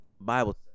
Bible